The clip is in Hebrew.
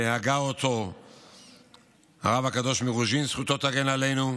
שהגה אותו הרב הקדוש מרוז'ין, זכותו תגן עלינו,